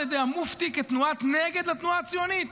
ידי המופתי כתנועת נגד לתנועה הציונית.